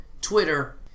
Twitter